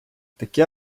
таке